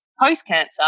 post-cancer